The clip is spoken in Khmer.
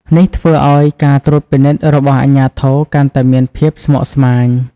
នេះធ្វើឱ្យការត្រួតពិនិត្យរបស់អាជ្ញាធរកាន់តែមានភាពស្មុគស្មាញ។